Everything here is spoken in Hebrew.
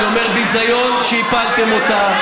אני אומר: ביזיון שהפלתם אותה,